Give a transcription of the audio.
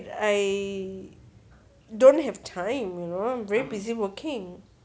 I don't have time you know I'm very busy working